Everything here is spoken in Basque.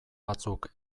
batzuk